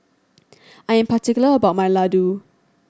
I am particular about my laddu